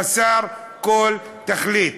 חסר כל תכלית.